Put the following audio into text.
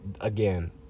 again